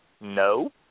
No